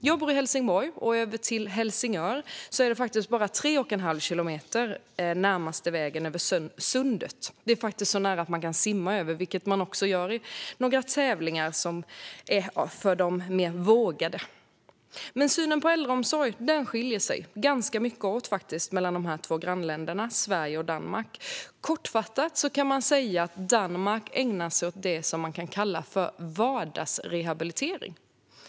Jag bor i Helsingborg, och över till Helsingör är det bara 3 1⁄2 kilometer, om man tar den närmaste vägen över sundet. Det är faktiskt så nära att man kan simma över, vilket också sker i några tävlingar för de mer vågade. Men synen på äldreomsorg skiljer sig ganska mycket åt mellan de två grannländerna Sverige och Danmark. Kortfattat kan man säga att Danmark ägnar sig åt det som kan kallas vardagsrehabilitering.